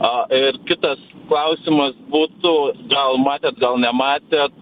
a ir kitas klausimas būtų gal matėt gal nematėt